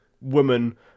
woman